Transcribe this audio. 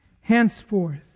Henceforth